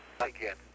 Again